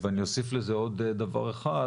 אני אוסיף לזה עוד דבר אחד,